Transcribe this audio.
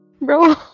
Bro